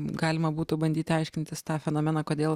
galima būtų bandyti aiškintis tą fenomeną kodėl